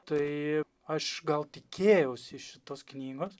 tai aš gal tikėjausi iš šitos knygos